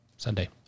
Sunday